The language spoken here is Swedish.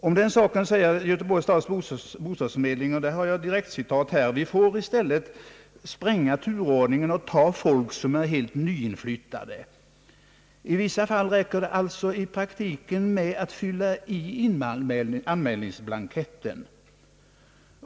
Om detta säger Göteborgs stads bostadsförmedling: »Vi får i stället spränga tur ordningen och ta folk som är helt nyinflyttade. I vissa fall räcker det alltså i praktiken med att fylla i anmälningsblanketten.